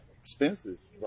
expenses